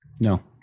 No